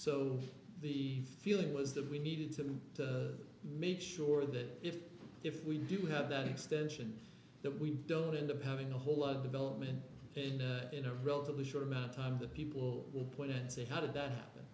so the feeling was that we needed to make sure that if if we do have that extension that we don't end up having a whole lot of development in a relatively short amount of time the people will point and say how did that happen